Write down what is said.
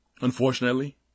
unfortunately